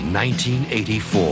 1984